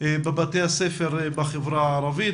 בבתי הספר בחברה הערבית,